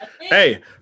Hey